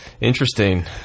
Interesting